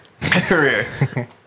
Career